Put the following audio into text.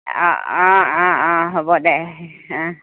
অ অ অ অ হ'ব দে অ